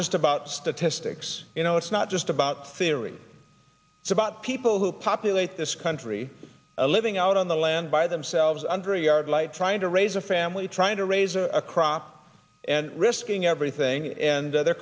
just about statistics you know it's not just about theory it's about people who populate this country a living out on the land by themselves under a yard light trying to raise a family trying to raise a crop and risking everything and they're